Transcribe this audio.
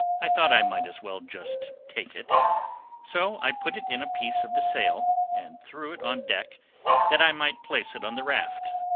i thought i might as well just take it so i put it in a piece of the sail, and threw it on deck that i might place it on the raft.